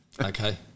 Okay